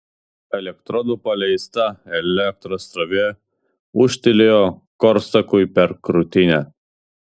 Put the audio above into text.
elektrodų paleista elektros srovė ūžtelėjo korsakui per krūtinę